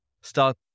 start